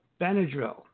Benadryl